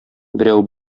берәү